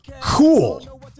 cool